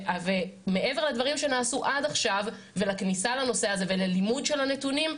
מעבר לדברים שנעשו עד עכשיו ולכניסה לנושא הזה וללימוד של הנתונים,